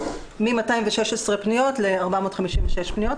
מ-216 פניות ל-456 פניות,